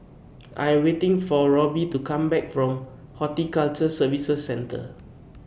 I Am waiting For Robbie to Come Back from Horticulture Services Centre